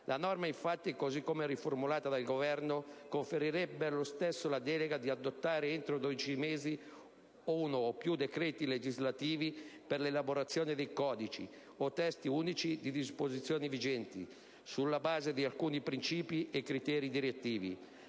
La norma infatti, cosi come riformulata dal Governo, conferirebbe allo stesso la delega di adottare, entro 12 mesi, uno o più decreti legislativi per l'elaborazione di codici o testi unici di disposizioni vigenti, sulla base di alcuni principi e criteri direttivi.